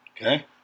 Okay